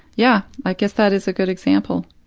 yeah, i guess that is a good example.